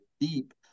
deep